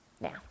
Now